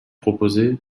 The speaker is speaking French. proposé